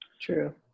True